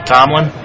Tomlin